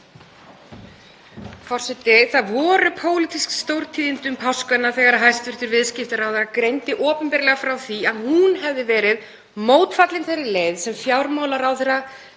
Það voru pólitísk stórtíðindi um páskana þegar hæstv. viðskiptaráðherra greindi opinberlega frá því að hún hefði verið mótfallin þeirri leið sem fjármálaráðherra